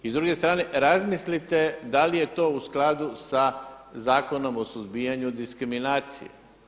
I s druge strane, razmislite da li je to u skladu sa Zakonom o suzbijanju diskriminacije.